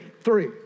three